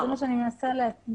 זה מה שאני מנסה להסביר,